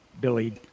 Billy